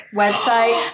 website